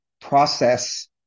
process